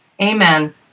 Amen